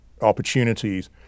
opportunities